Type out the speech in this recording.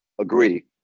agree